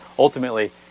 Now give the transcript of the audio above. Ultimately